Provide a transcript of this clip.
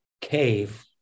cave